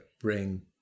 bring